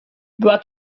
była